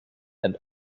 and